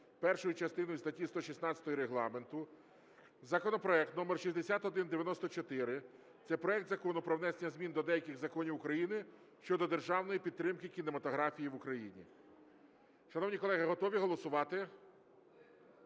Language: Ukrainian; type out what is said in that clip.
першою частиною статті 116 Регламенту, законопроект номер 6194, це проект Закону про внесення змін до деяких законів України щодо державної підтримки кінематографії в Україні. Шановні колеги, готові голосувати?